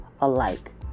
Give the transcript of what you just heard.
alike